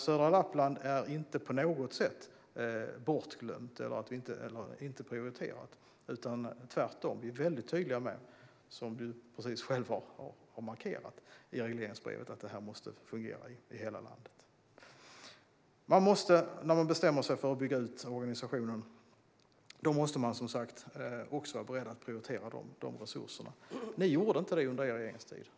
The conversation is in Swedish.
Södra Lappland är inte på något sätt bortglömt eller inte prioriterat. Tvärtom är vi väldigt tydliga med i regleringsbrevet, som du precis själv har markerat, att det här måste fungera i hela landet. När man bestämmer sig för att bygga ut organisationen måste man som sagt vara beredd att prioritera de resurser som behövs. Ni gjorde inte det under er regeringstid.